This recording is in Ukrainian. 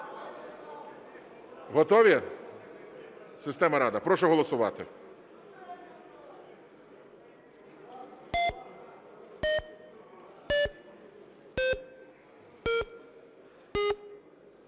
Готові, система "Рада"? Прошу голосувати.